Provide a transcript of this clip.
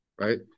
right